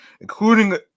including